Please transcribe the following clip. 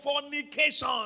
fornication